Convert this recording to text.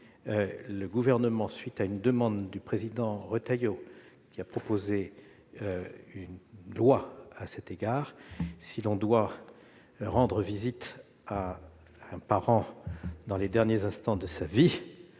le Gouvernement à la demande de Bruno Retailleau, qui a proposé une loi à cet égard : si l'on doit rendre visite à un parent dans les derniers instants de sa vie,